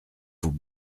vaut